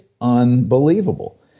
unbelievable